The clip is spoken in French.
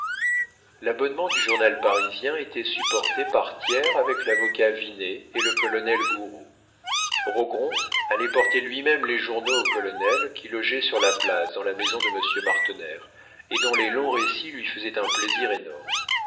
l'abonnement du journal parisien était supporté par un tiers avec l'avocat vinet et le colonel gouraud rogron allait porter lui-même les journaux au colonel qui logeait sur la place dans la maison de monsieur martener et dont les longs récits lui faisaient un plaisir énorme